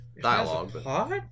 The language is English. dialogue